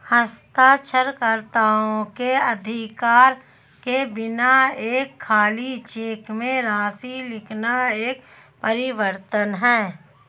हस्ताक्षरकर्ता के अधिकार के बिना एक खाली चेक में राशि लिखना एक परिवर्तन है